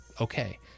okay